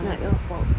it's not your fault